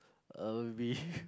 uh maybe